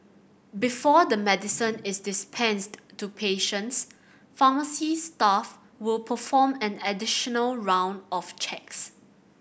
before the medicine is dispensed to patients pharmacy staff will perform an additional round of checks